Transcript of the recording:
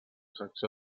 secció